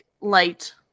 light